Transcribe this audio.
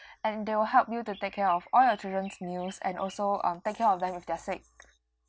and they will help you to take care of all your children's meals and also um take care of them if they're sick